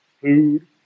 food